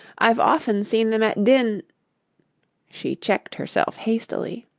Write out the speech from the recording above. i've often seen them at dinn she checked herself hastily.